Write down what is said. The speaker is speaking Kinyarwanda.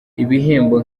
ibihembo